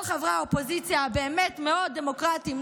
כל חברי האופוזיציה הבאמת-מאוד דמוקרטים,